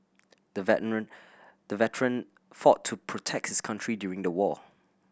the veteran the fought to protect his country during the war